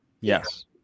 yes